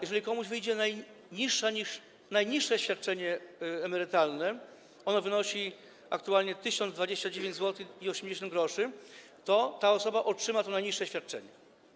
Jeżeli komuś wyjdzie niższe niż najniższe świadczenie emerytalne, ono wynosi aktualnie 1029,80 zł, to ta osoba otrzyma to najniższe świadczenie.